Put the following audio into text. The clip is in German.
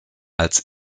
als